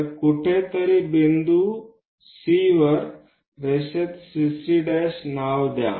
तर कुठेतरी बिंदू C वर रेषा काढा तिला CC' नाव द्या